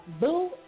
Boo